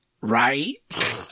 right